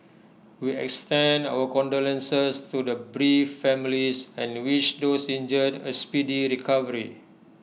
we extend our condolences to the bereaved families and wish those injured A speedy recovery